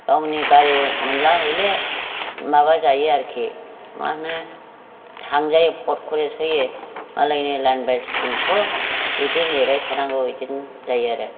गावनि गारि मोनब्ला हले माबा जायो आरोखि मा होनो थांजायो पतखरि थोयो मालायनि लाइन बासजोंथ' बिदि नेबाय थानांगौ बिदिनो जायो आरो